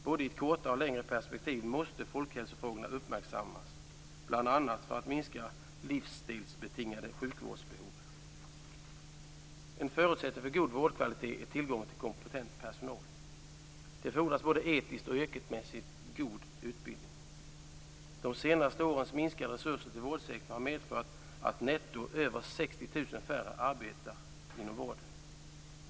Både i kortare och längre perspektiv måste folkhälsofrågorna uppmärksammas, bl.a. för att livsstilsbetingade sjukvårdsbehov skall minska. En förutsättning för god vårdkvalitet är tillgången till kompetent personal. Det fordras både etiskt och yrkesmässigt god utbildning. De senaste årens minskade resurser till vårdsektorn har medfört att netto över 60 000 färre arbetar inom vården.